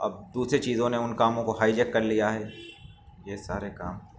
اب دوسری چیزوں نے ان کاموں کو ہائیجیک کر لیا ہے یہ سارے کام